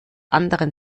anderen